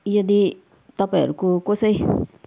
यदि तपाईँहरूको कसै